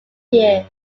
year